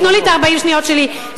תנו לי את 40 השניות שלי.